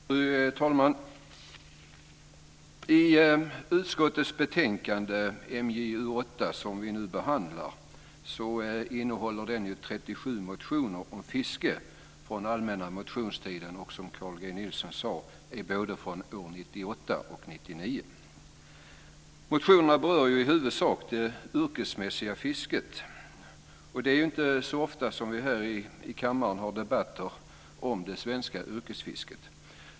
Fru talman! Utskottets betänkande MJU8, som vi nu behandlar, innehåller 37 motioner om fiske från allmänna motionstiden. Som Carl G Nilsson sade är de både från år 1998 och år 1999. Motionerna berör i huvudsak det yrkesmässiga fisket. Det är inte så ofta som vi här i kammaren har debatter om det svenska yrkesfisket.